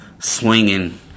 swinging